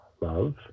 love